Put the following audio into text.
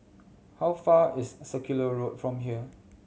how far is Circular Road from here